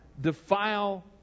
defile